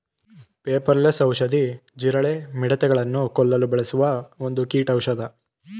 ಪೆಪಾರ ಲೆಸ್ ಔಷಧಿ, ಜೀರಳ, ಮಿಡತೆ ಗಳನ್ನು ಕೊಲ್ಲು ಬಳಸುವ ಒಂದು ಕೀಟೌಷದ